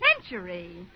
century